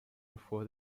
before